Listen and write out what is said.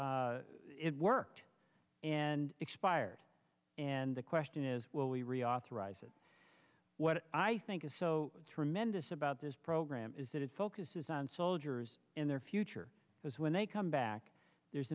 it worked and expired and the question is will we reauthorize it what i think is so tremendous about this program is that it focuses on soldiers in their future because when they come back there's